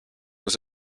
was